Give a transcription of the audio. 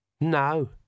no